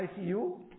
ICU